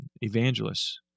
evangelists